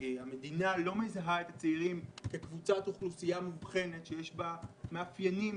שהמדינה לא מזהה את הצעירים כקבוצת אוכלוסייה מובחנת שיש בה מאפיינים,